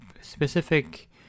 specific